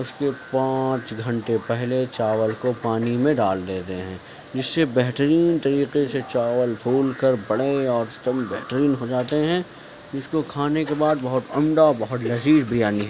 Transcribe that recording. اس کے پانچ گھنٹے پہلے چاول کو پانی میں ڈال دیتے ہیں جس سے بہترین طریقے سے چاول پھول کر بڑے اور ایک دم بہترین ہو جاتے ہیں جس کو کھانے کے بعد بہت عمدہ بہت لذیذ بریانی